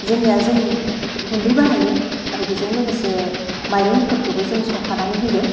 जोंनिया जों गुन्दै बाहायो आरो बेजों लोगोसे माइरं एंखुरखोबो जों संफानानै होयो